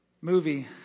movie